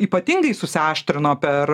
ypatingai susiaštrino per